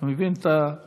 אתה מבין את המחיקות?